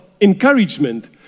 encouragement